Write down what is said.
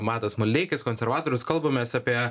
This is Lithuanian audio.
matas maldeikis konservatorius kalbamės apie